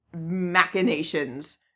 machinations